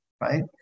Right